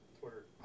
Twitter